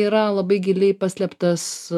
yra labai giliai paslėptas